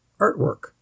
artwork